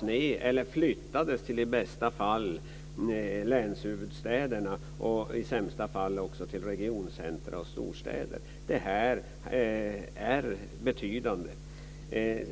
De flyttades till i bästa fall länshuvudstäderna och i sämsta fall till regionscentra och storstäder. Det här betyder mycket.